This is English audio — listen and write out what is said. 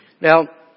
Now